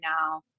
now